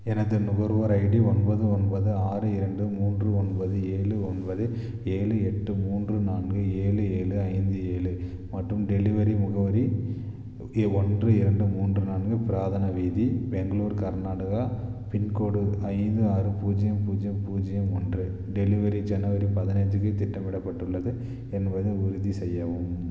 எனது நுகர்வோர் ஐடி ஒன்பது ஒன்பது ஆறு இரண்டு மூன்று ஒன்பது ஏழு ஒன்பது ஏழு எட்டு மூன்று நான்கு ஏழு ஏழு ஐந்து ஏழு மற்றும் டெலிவரி முகவரி ஒன்று இரண்டு மூன்று நான்கு பிராதன வீதி பெங்களூர் கர்நாடகா பின்கோடு ஐந்து ஆறு பூஜ்ஜியம் பூஜ்ஜியம் பூஜ்ஜியம் ஒன்று டெலிவரி ஜனவரி பதினைஞ்சிக்கு திட்டமிடப்பட்டுள்ளது என்பதனை உறுதி செய்யவும்